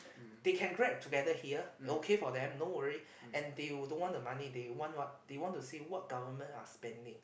they can Grab together here okay for them no worry and they will don't want the money they want what they want to see what government are spending